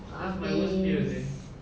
habis